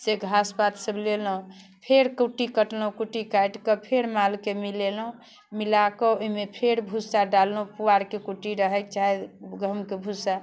से घास पातसब लेलहुँ फेर कुट्टी कटलहुँ कुट्टी काटिके फेर मालके मिलेलहुँ मिलाके ओहिमे फेर भुस्सा डाललहुँ पुआरके कुट्टी रहै चाहे गहूमके भुस्सा